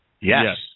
Yes